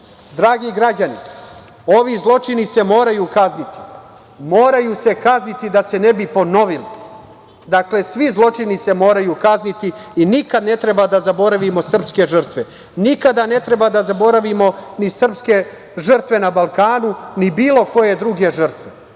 građani, ovi zločini se moraju kazniti. Moraju se kazniti da se ne bi ponovili. Dakle, svi zločini se moraju kazniti i nikada ne treba da zaboravimo srpske žrtve. Nikada ne treba da zaboravimo ni srpske žrtve na Balkanu, ni bilo koje druge žrtve